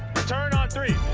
return on three.